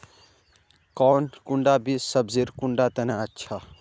कौन कुंडा बीस सब्जिर कुंडा तने अच्छा?